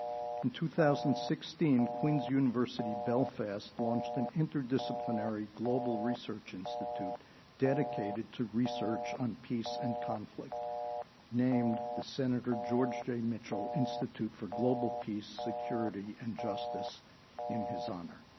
in two thousand and sixteen, queens university belfast launched an interdisciplinary, global research institute dedicated to research on peace and conflict named the senator george j. mitchell institute for global peace, security, and justice in his honor,